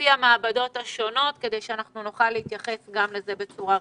לפי המעבדות השונות כדי שאנחנו נוכל להתייחס גם לזה בצורה רצינית.